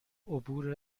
عبور